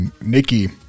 Nikki